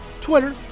Twitter